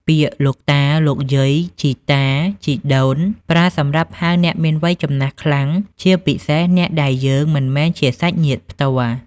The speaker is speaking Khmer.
ពាក្យ លោកតា លោកយាយ ជីតា ជីដូន ប្រើសម្រាប់ហៅអ្នកមានវ័យចំណាស់ខ្លាំង ជាពិសេសអ្នកដែលយើងមិនមែនជាសាច់ញាតិផ្ទាល់។